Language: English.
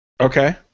Okay